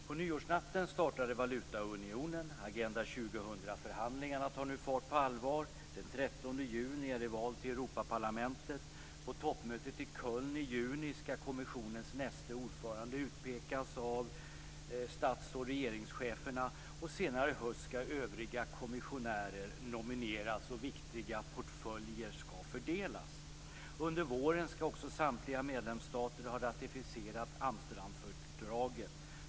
På nyårsnatten startade valutaunionen, Agenda 2000-förhandlingarna tar nu fart på allvar, den 13 juni är det val till Europaparlamentet, på toppmötet i Köln i juni skall kommissionens näste ordförande utpekas av stats och regeringscheferna och senare i höst skall övriga kommissionärer nomineras och viktiga portföljer skall fördelas. Under våren skall också samtliga medlemsstater ha ratificerat Amsterdamfördraget.